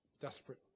desperate